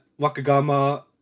Wakagama